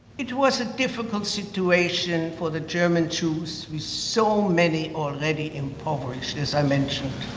it was a difficult situation for the german jews with so many already impoverished as i mentioned.